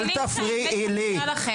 אל תפריעי לי,